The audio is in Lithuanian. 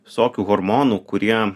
visokių hormonų kurie